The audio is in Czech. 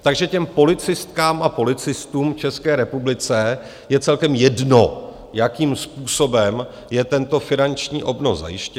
Takže těm policistkám a policistům v České republice je celkem jedno, jakým způsobem je tento finanční obnos zajištěn.